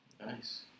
Nice